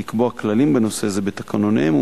לקבוע כללים בנושא זה בתקנונים,